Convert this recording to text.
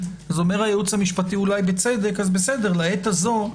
אומר הייעוץ המשפטי אולי בצדק לעת הזו,